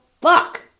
Fuck